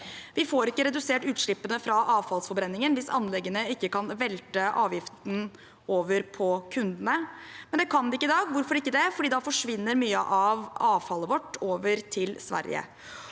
Vi får ikke redusert utslippene fra avfallsforbrenningen hvis anleggene ikke kan velte avgiften over på kundene. Det kan de ikke i dag, og hvorfor ikke det? Fordi da forsvinner mye av avfallet vårt over til Sverige.